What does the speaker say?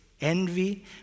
envy